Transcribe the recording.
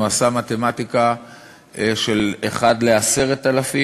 הוא עשה מתמטיקה של 1 ל-10,000,